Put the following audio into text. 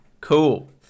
Cool